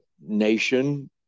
nation